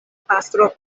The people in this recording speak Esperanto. pastro